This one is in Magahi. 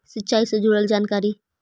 सिंचाई से जुड़ल जानकारी?